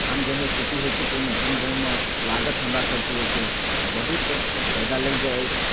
धान गेहूँके खेती होइ छै तऽ ओहिमे धान गेहूँमे लागत हमरासभके जे छै बहुत ज्यादा लागि जाइ अछि